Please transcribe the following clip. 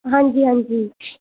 हां जी हां जी